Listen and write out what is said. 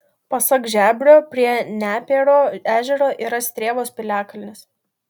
pasak žebrio prie nepėro ežero yra strėvos piliakalnis